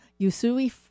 Yusui